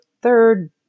third